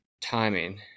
timing